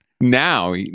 Now